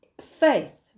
faith